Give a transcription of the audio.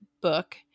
book